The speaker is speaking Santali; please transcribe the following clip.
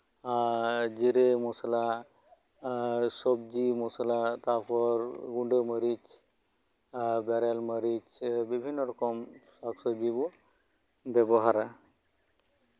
ᱮᱫ ᱡᱤᱨᱟᱹ ᱢᱚᱥᱞᱟ ᱥᱚᱵᱽᱡᱤ ᱢᱚᱥᱞᱟ ᱛᱟᱯᱚᱨ ᱜᱩᱰᱟᱹ ᱢᱟᱹᱨᱤᱪ ᱮᱫ ᱵᱮᱨᱮᱞ ᱢᱟᱹᱨᱤᱪ ᱵᱤᱵᱷᱤᱱᱱᱚ ᱨᱚᱠᱚᱢ ᱥᱟᱠ ᱥᱚᱵᱽᱡᱤ ᱨᱮᱵᱚᱱ ᱵᱮᱵᱚᱦᱟᱨᱟ